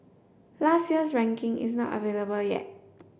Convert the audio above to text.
last year's ranking is not available yet